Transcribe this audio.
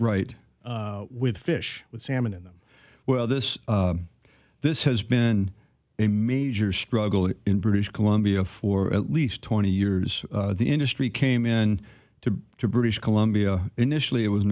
right with fish with salmon in them well this this has been a major struggle in british columbia for at least twenty years the industry came in to to british columbia initially it was